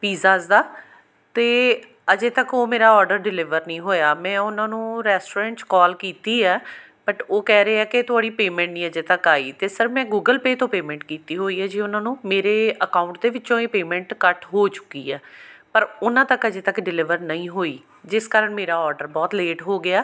pizzas ਦਾ ਅਤੇ ਅਜੇ ਤੱਕ ਉਹ ਮੇਰਾ ਔਡਰ ਡਿਲੀਵਰ ਨਹੀਂ ਹੋਇਆ ਮੈਂ ਉਹਨਾਂ ਨੂੰ ਰੈਸਟੋਰੈਂਟ 'ਚ ਕੋਲ ਕੀਤੀ ਹੈ ਬਟ ਉਹ ਕਹਿ ਰਹੇ ਆ ਕਿ ਥੋੜੀ ਪੇਮੈਂਟ ਨਹੀਂ ਅਜੇ ਤੱਕ ਆਈ ਅਤੇ ਸਰ ਮੈਂ ਗੂਗਲ ਪੇ ਤੋਂ ਪੇਮੈਂਟ ਕੀਤੀ ਹੋਈ ਹੈ ਜੀ ਉਹਨਾਂ ਨੂੰ ਮੇਰੇ ਅਕਾਊਂਟ ਤਾਂ ਵਿੱਚੋਂ ਇਹ ਪੇਮੈਂਟ ਕੱਟ ਹੋ ਚੁੱਕੀ ਹੈ ਪਰ ਉਹਨਾਂ ਤੱਕ ਅਜੇ ਤੱਕ ਡਿਲੀਵਰ ਨਹੀਂ ਹੋਈ ਜਿਸ ਕਾਰਨ ਮੇਰਾ ਔਡਰ ਬਹੁਤ ਲੇਟ ਹੋ ਗਿਆ